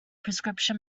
prescription